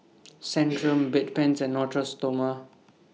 Centrum Bedpans and Natura Stoma